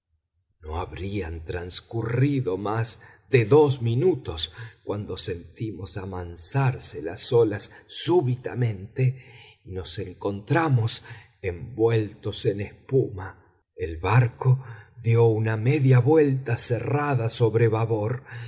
no habrían transcurrido más de dos minutos cuando sentimos amansarse las olas súbitamente y nos encontramos envueltos en espuma el barco dió una media vuelta cerrada sobre babor